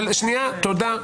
תודה.